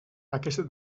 aquesta